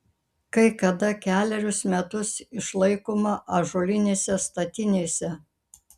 kai kada kelerius metus išlaikoma ąžuolinėse statinėse